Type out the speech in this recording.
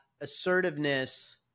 assertiveness